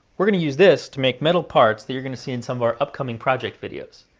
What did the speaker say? we're going to use this to make metal parts that you're going to see in some of our upcoming project videos.